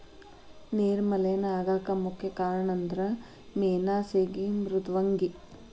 ನೇರ ಮಲೇನಾ ಆಗಾಕ ಮುಖ್ಯ ಕಾರಣಂದರ ಮೇನಾ ಸೇಗಿ ಮೃದ್ವಂಗಿ